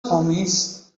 homies